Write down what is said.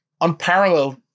unparalleled